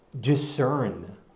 discern